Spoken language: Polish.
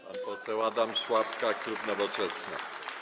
Pan poseł Adam Szłapka, klub Nowoczesna.